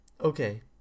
Okay